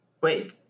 Wait